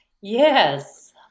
yes